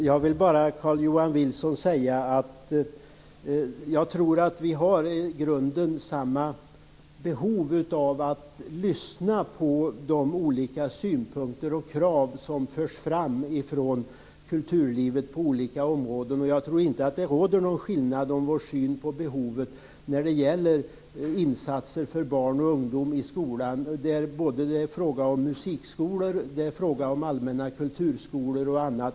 Herr talman! Jag tror att vi i grunden har samma behov av att lyssna till de olika synpunkter och krav som förs fram från kulturlivet på olika områden. Jag tror inte det råder någon skillnad i vår syn på behovet när det gäller insatser för barn och ungdom i skolan, både i musikskolorna och allmänna kulturskolor.